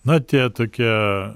na tie tokie